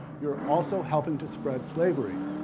you're also helping to spread slavery,